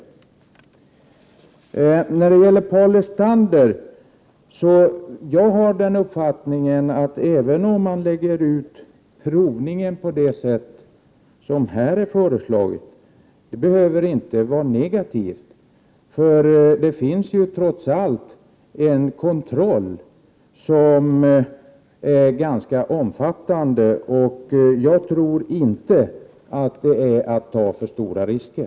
Jag vill säga till Paul Lestander, att jag har den uppfattningen att det inte behöver vara negativt att provningen läggs ut på det sätt som här har föreslagits. Det finns trots allt en kontroll, som är ganska omfattande, och jag tror inte att man tar för stora risker.